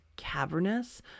cavernous